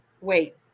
Wait